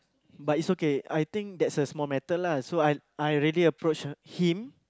but is okay I think that's a small matter lah so I I already approach her him